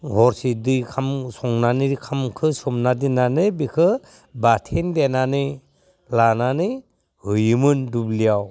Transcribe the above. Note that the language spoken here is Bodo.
हरसे दै ओंखामखौ सोमना दोननानै ओंखामखौ बाथोन देनानै लानानै हैयोमोन दुब्लियाव